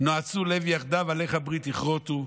"נועצו לב יחדו", "עליך ברית יכרותו",